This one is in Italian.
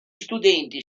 studenti